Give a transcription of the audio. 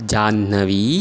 Jahnavi